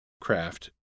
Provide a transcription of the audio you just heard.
craft